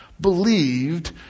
believed